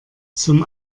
zum